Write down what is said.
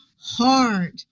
hard